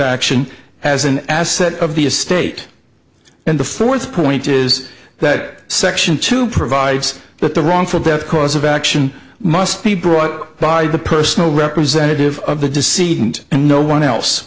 action as an asset of the estate and the fourth point is that section two provides that the wrongful death cause of action must be brought by the personal representative of the deceit and and no one else